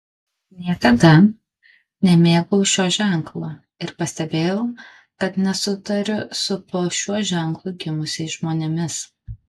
niekada nemėgau šio ženklo ir pastebėjau kad nesutariu su po šiuo ženklu gimusiais žmonėmis